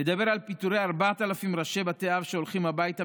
נדבר על פיטורי 4,000 ראשי בתי אב שהולכים הביתה